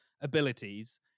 abilities